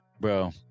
Bro